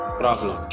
problem